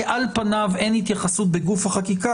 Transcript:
כי על פניו אין התייחסות בגוף החקיקה,